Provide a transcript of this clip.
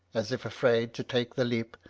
as if afraid to take the leap,